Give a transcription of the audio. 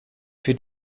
für